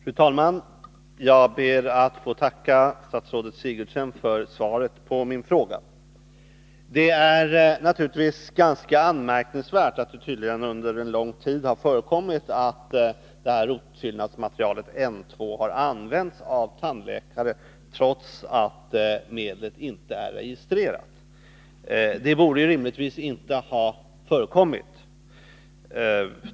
Fru talman! Jag ber att få tacka statsrådet Sigurdsen för svaret på min fråga. Det är naturligtvis ganska anmärkningsvärt att rotfyllnadsmaterialet N-2 tydligen under en lång tid har använts av tandläkare, trots att medlet inte är registrerat. Det borde rimligtvis inte ha förekommit.